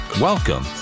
Welcome